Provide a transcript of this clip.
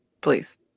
please